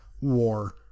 war